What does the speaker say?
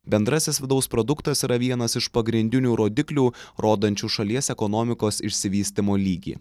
bendrasis vidaus produktas yra vienas iš pagrindinių rodiklių rodančių šalies ekonomikos išsivystymo lygį